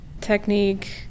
technique